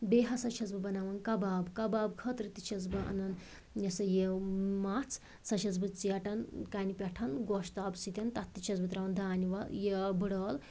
بیٚیہِ ہسا چھَس بہٕ بناوان کباب کباب خٲطرٕ تہِ چھَس بہٕ اَنان یہِ ہسا یہِ مَژھ سۄ چھَس بہٕ ژیٹان کَنہِ پٮ۪ٹھ گۄشتاب سۭتۍ تَتھ تہِ چھَس بہٕ تراوان دانہِ وَل یہِ بٔڑٕ عٲل